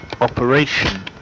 Operation